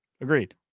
Agreed